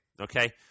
Okay